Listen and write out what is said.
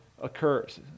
occurs